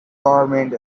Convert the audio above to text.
government